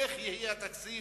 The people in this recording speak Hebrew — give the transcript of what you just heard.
איך יהיה התקציב,